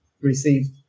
received